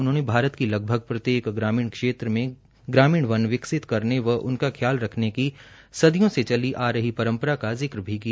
उन्होंने भारत की लगभग प्रत्येक ग्रामीण क्षेत्र वन विकसित करने व उनका ख्याल रखने की सदियो से चली आ रही परम्परा का जिक्र भी किया